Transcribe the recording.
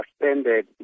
suspended